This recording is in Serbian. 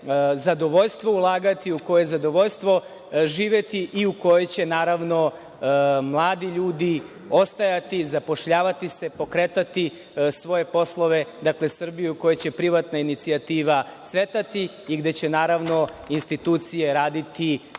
zadovoljstvo ulagati, u kojoj je zadovoljstvo živeti i kojoj će naravno, mladi ljudi ostajati, zapošljavati se, pokretati svoje poslove, dakle, Srbiju u kojoj će privatna inicijativa cvetati i gde će naravno institucije raditi